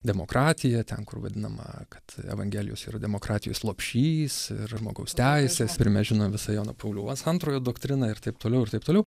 demokratija ten kur vadinama kad evangelijos yra demokratijos lopšys ir žmogaus teisės ir mes žinom visą jono pauliaus antrojo doktriną ir taip toliau ir taip toliau